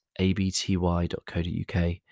abty.co.uk